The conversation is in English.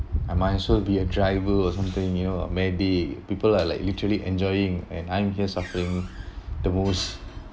I might also be a driver or something you know maybe people are like literally enjoying and I'm here suffering the most